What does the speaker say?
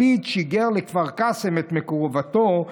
לפיד שיגר לכפר קאסם את מקורבתו,